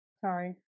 Sorry